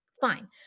Fine